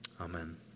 Amen